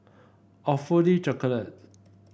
Awfully Chocolate